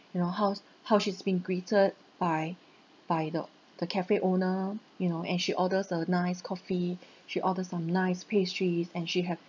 you know how's how she's been greeted by by the the cafe owner you know and she orders a nice coffee she orders some nice pastries and she has